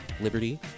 liberty